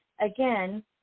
again